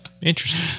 Interesting